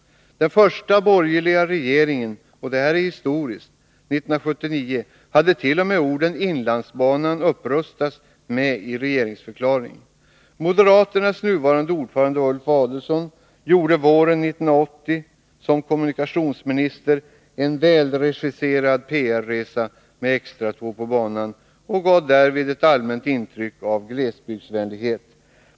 Den borgerliga regeringen hade år 1979 — och detta är historiskt —t.o.m. orden ”Inlandsbanan upprustas” med i regeringsförklaringen. Moderaternas nuvarande ordförande Ulf Adelsohn gjorde våren 1980 som kommunikationsminister en välregisserad PR-resa med extratåg på banan och gav därvid ett allmänt intryck av glesbygdsvänlighet.